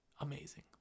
amazing